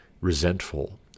resentful